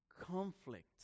conflict